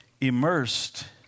immersed